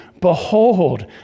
behold